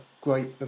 great